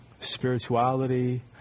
spirituality